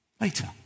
Later